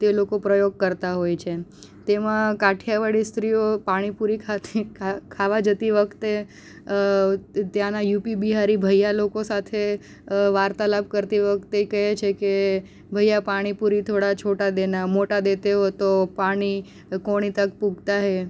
તે લોકો પ્રયોગ કરતાં હોય છે તેમાં કાઠીયાવાડી સ્ત્રીઓ પાણીપુરી ખાતી ખાવા જતી વખતે ત્યાંના યુપી બિહારી ભૈયા લોકો સાથે વાર્તાલાપ કરતી વખતે કહે છે કે ભૈયા પાણીપુરી થોડા છોટા દેના મોટા દેતે હો તો પાણી કોણી તક પુગતા હે